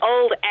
old